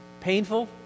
painful